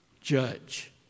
judge